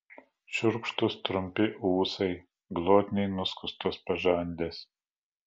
šiurkštūs trumpi ūsai glotniai nuskustos pažandės